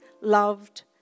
loved